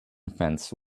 fence